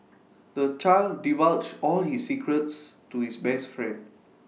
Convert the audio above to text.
the child divulged all his secrets to his best friend